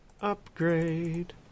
Upgrade